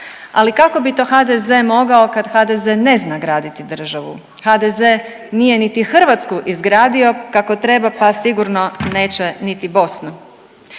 Ali kako bi to HDZ mogao kad HDZ ne zna graditi državu. HDZ nije niti Hrvatsku izgradio kako treba pa sigurno neće niti Bosnu.